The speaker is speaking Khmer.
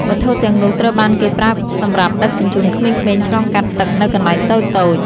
វត្ថុទាំងនោះត្រូវបានគេប្រើសម្រាប់ដឹកជញ្ជូនក្មេងៗឆ្លងកាត់ទឹកនៅកន្លែងតូចៗ។